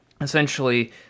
essentially